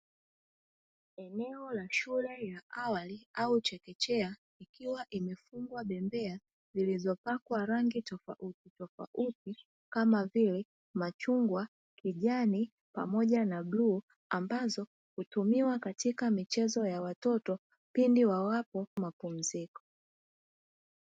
Eneo la shule ya awali au chekechea ikiwa imefungwa bembea zilizopakwa rangi tofauti tofauti kama vile machungwa kijani pamoja na bluu, ambazo hutumiwa katika michezo ya watoto pindi wa wapo mapumziko.